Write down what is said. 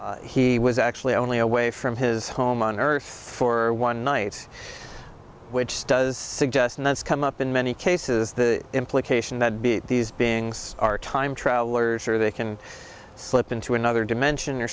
he was actually only away from his home on earth for one night which does suggest and that's come up in many cases the implication that be these beings are time travelers or they can slip into another dimension or